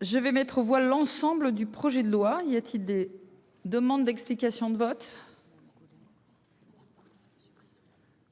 Je vais mettre aux voix l'ensemble du projet de loi il y a-t-il des demandes d'explications de vote.